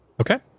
Okay